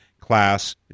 class